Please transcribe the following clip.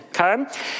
okay